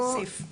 להוסיף.